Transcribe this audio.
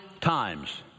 times